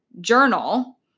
journal